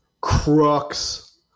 crux